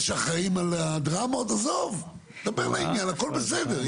הכל בסדר,